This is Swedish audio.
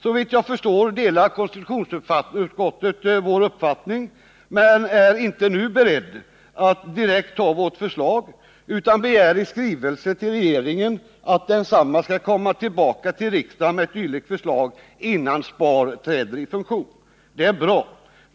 Såvitt jag förstår delar konstitutionsutskottet vår uppfattning men är inte nu berett att direkt ta vårt förslag utan begär i skrivelse till regeringen att regeringen skall komma tillbaka till riksdagen med ett dylikt förslag, innan SPAR träder i funktion. Det är bra.